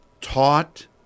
taught